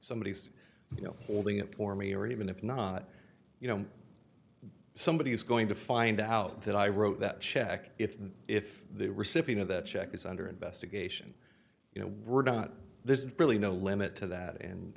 somebody you know ordering it for me or even if not you know somebody is going to find out that i wrote that check if if the recipient of that check is under investigation you know we're not there's really no limit to that and